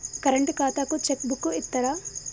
Current ఖాతాకు cheque book ఇత్తరా?